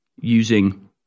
using